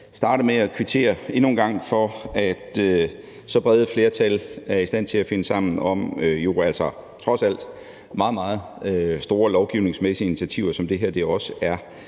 en gang at kvittere for, at så brede flertal er i stand til at finde sammen om trods alt meget, meget store lovgivningsmæssige initiativer, som det her også er